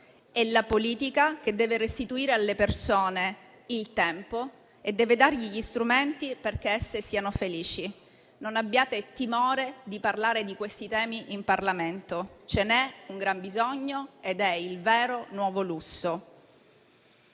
È la politica che deve restituire alle persone il tempo e deve dare loro gli strumenti perché esse siano felici. Non abbiate timore di parlare di questi temi in Parlamento, ce n'è un gran bisogno ed è il vero nuovo lusso.